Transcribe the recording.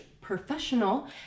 professional